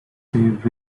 safe